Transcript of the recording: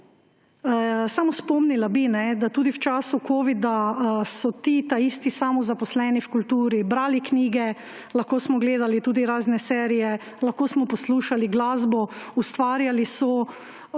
Samo spomnila bi, da tudi v času covida so ti isti samozaposleni v kulturi brali knjige, lahko smo gledali tudi razne serije, lahko smo poslušali glasbo, ustvarjali so